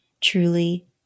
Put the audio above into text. truly